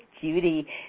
Judy